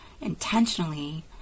intentionally